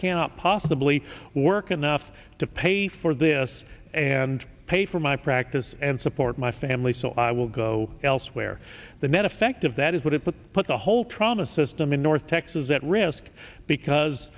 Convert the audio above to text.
cannot possibly work enough to pay for this and pay for my practice and support my family so i will go elsewhere the net effect of that is what it would put the whole trauma system in north texas at risk because